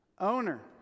owner